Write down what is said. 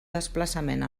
desplaçament